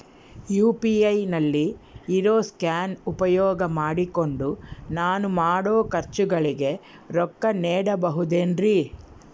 UPI ನಲ್ಲಿ ಇರೋ scan ಉಪಯೋಗ ಮಾಡಿಕೊಂಡು ನಾನು ಮಾಡೋ ಖರ್ಚುಗಳಿಗೆ ರೊಕ್ಕ ನೇಡಬಹುದೇನ್ರಿ?